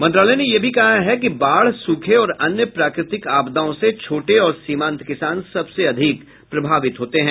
मंत्रालय ने यह भी कहा है कि बाढ़ सूखे और अन्य प्राकृतिक आपदाओं से छोटे और सीमांत किसान सबसे अधिक प्रभावित होते हैं